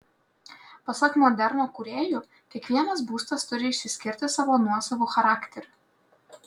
pasak moderno kūrėjų kiekvienas būstas turi išsiskirti savo nuosavu charakteriu